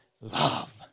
love